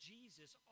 Jesus